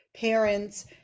parents